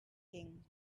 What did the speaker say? king